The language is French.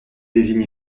désigné